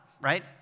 right